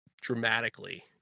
dramatically